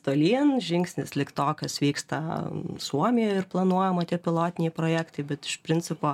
tolyn žingsnis lik to kas vyksta suomijoj ir planuojama tie pilotiniai projektai bet iš principo